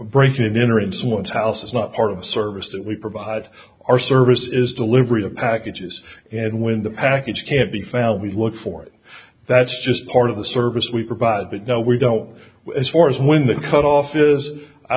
the service that we provide our service is delivery of packages and when the package can't be found we look for it that's just part of the service we provide that no we don't as far as when the cut off is i